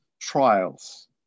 trials